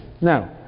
Now